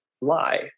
lie